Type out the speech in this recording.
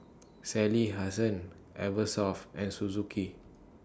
Sally Hansen Eversoft and Suzuki